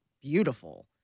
beautiful